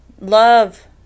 love